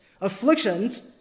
Afflictions